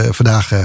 vandaag